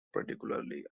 particularly